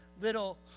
little